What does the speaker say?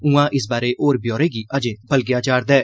उआं इस बारै होर ब्यौरे गी अजें बलगेआ जा'रदा ऐ